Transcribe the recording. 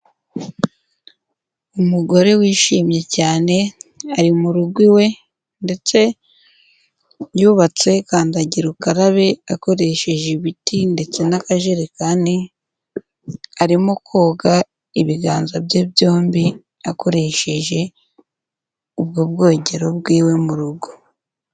Umugore wishimye cyane, ari mu rugo iwe ndetse yubatse kandagira ukarabe, akoresheje ibiti ndetse n'akajerekani, arimo koga ibiganza bye byombi, akoresheje ubwo bwogero bw'iwe mu rugo.